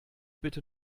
bitte